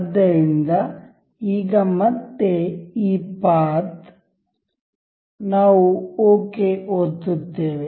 ಆದ್ದರಿಂದ ಈಗ ಮತ್ತೆ ಈ ಪಾತ್ ನಾವು ಓಕೆ ಒತ್ತುತ್ತೇವೆ